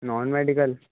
non medical